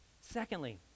secondly